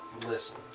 Listen